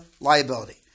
liability